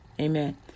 Amen